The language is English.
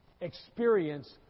experience